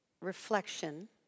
reflection